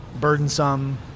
burdensome